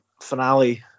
finale